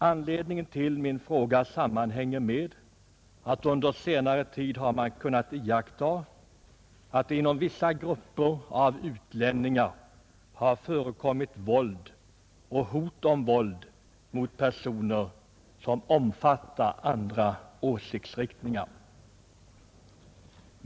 Anledningen till min fråga är att man på senare tid har kunnat iaktta att det inom vissa grupper av utlänningar har förekommit våld och hot om våld mot personer som omfattar andra åsiktsriktningar.